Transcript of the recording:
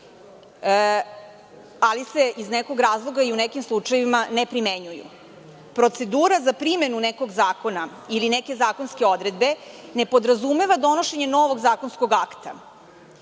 ali se iz nekog razloga i u nekim slučajevima ne primenjuju. Procedura za primenu nekog zakona ili neke zakonske odredbe ne podrazumeva donošenje novog zakonskog akta